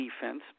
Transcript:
defense